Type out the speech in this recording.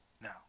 now